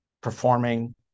performing